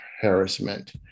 harassment